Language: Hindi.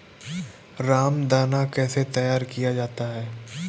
रामदाना कैसे तैयार किया जाता है?